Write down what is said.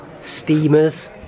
steamers